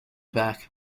back